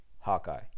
Hawkeye